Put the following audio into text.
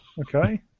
Okay